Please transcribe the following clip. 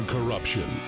Corruption